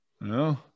no